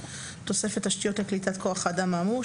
תוספת תשתיות לקליטת כוח אדם האמור,